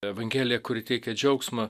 evangelija kuri teikia džiaugsmą